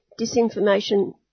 disinformation